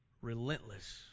relentless